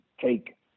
take